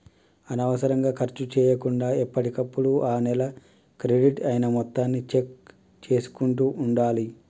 అనవసరంగా ఖర్చు చేయకుండా ఎప్పటికప్పుడు ఆ నెల క్రెడిట్ అయిన మొత్తాన్ని చెక్ చేసుకుంటూ ఉండాలి